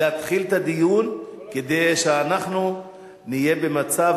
להתחיל את הדיון כדי שאנחנו נהיה במצב